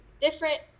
different